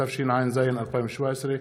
התשע"ז 2017,